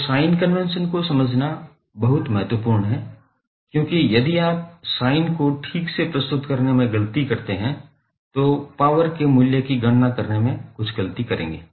तो sign convention को समझना बहुत महत्वपूर्ण है क्योंकि यदि आप साइन को ठीक से प्रस्तुत करने में गलती करते हैं तो आप पॉवर के मूल्य की गणना करने में कुछ गलती करेंगे